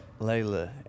Layla